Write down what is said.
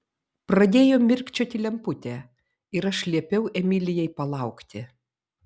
pradėjo mirkčioti lemputė ir aš liepiau emilijai palaukti